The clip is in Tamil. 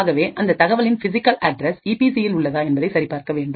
ஆகவே அந்த தகவலின் பிசிகல் அட்ரஸ் ஈபி சி இல் உள்ளதா என்பதை சரி பார்க்க வேண்டும்